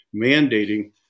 mandating